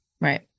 right